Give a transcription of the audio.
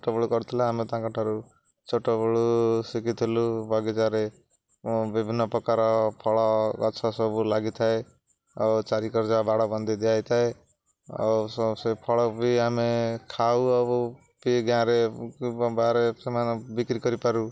ଛୋଟବେଳୁ କରିଥିଲେ ଆମେ ତାଙ୍କଠାରୁ ଛୋଟବେଳୁ ଶିଖିଥିଲୁ ବଗିଚାରେ ବିଭିନ୍ନ ପ୍ରକାର ଫଳ ଗଛ ସବୁ ଲାଗିଥାଏ ଆଉ ଚାରିିକାର୍ଯ୍ୟ ବାଡ଼ବନ୍ଦି ଦିଆଯାଇଥାଏ ଆଉ ସେ ଫଳ ବି ଆମେ ଖାଉ ଆଉ ବି ଗାଁରେ ବାହାରେ ସେମାନେ ବିକ୍ରି କରିପାରୁ